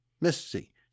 Missy